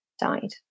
died